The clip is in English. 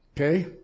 Okay